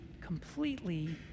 completely